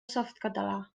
softcatalà